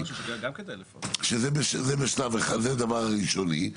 שזה הדבר הראשוני,